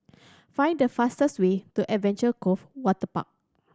find the fastest way to Adventure Cove Waterpark